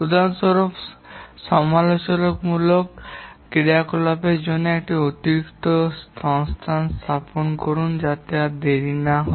উদাহরণস্বরূপ সমালোচনামূলক ক্রিয়াকলাপের জন্য একটি অতিরিক্ত সংস্থান স্থাপন করুন যাতে তারা দেরি না করে